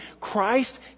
Christ